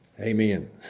Amen